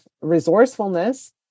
resourcefulness